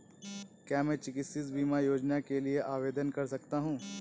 क्या मैं चिकित्सा बीमा योजना के लिए आवेदन कर सकता हूँ?